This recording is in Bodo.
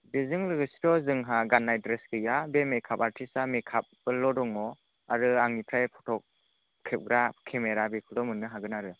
बिजों लोगोसेथ' जोंहा गाननाय ड्रेस गैया बे मेकाप आर्टिस्टआ मेकापल' दङ आरो आंनिफ्राय फट' खेबग्रा केमेरा बेखौल' मोननो हागोन आरो